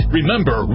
Remember